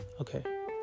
Okay